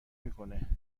میکنه